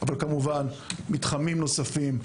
אבל כמובן מתחמים נוספים,